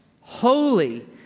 holy